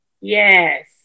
Yes